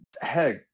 heck